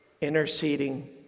interceding